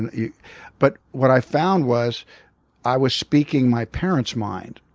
and yeah but what i found was i was speaking my parents' mind.